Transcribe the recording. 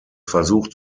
versucht